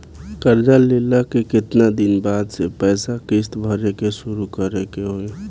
कर्जा लेला के केतना दिन बाद से पैसा किश्त भरे के शुरू करे के होई?